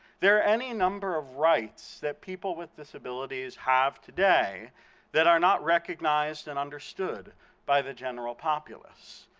there are any number of rights that people with disabilities have today that are not recognized and understood by the general populace.